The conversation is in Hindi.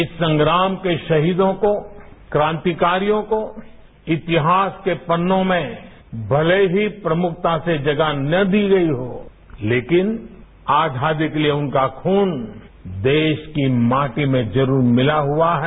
इस संग्राम के शहीदों को क्रांतिकारियों को इतिहास के पन्नों में भले ही प्रमुखता से जगह न दी गई हो तेकिन आजादी के लिए उनका खून देश की माटी में जरूर मिला हुआ है